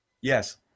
yes